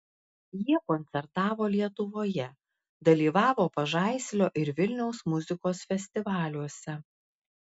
jie koncertavo lietuvoje dalyvavo pažaislio ir vilniaus muzikos festivaliuose